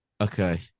okay